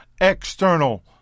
external